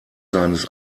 seines